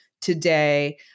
today